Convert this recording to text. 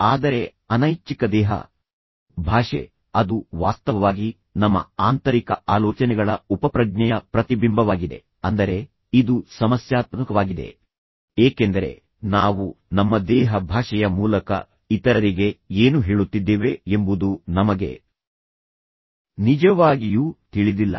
ಆದರೆ ಅನೈಚ್ಛಿಕ ದೇಹ ಭಾಷೆ ಅದು ವಾಸ್ತವವಾಗಿ ನಮ್ಮ ಆಂತರಿಕ ಆಲೋಚನೆಗಳ ಉಪಪ್ರಜ್ಞೆಯ ಪ್ರತಿಬಿಂಬವಾಗಿದೆ ಅಂದರೆ ಇದು ಸಮಸ್ಯಾತ್ಮಕವಾಗಿದೆ ಏಕೆಂದರೆ ನಾವು ನಮ್ಮ ದೇಹ ಭಾಷೆಯ ಮೂಲಕ ಇತರರಿಗೆ ಏನು ಹೇಳುತ್ತಿದ್ದೇವೆ ಎಂಬುದು ನಮಗೆ ನಿಜವಾಗಿಯೂ ತಿಳಿದಿಲ್ಲ